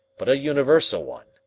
but a universal one,